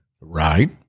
Right